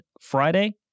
Friday